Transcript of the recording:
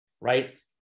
right